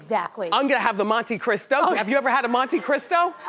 exactly. i'm gonna have the monte cristo. have you ever had a monte cristo?